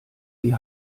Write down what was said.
die